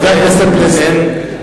חבר הכנסת פלסנר,